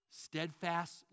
steadfast